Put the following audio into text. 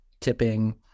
tipping